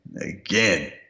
again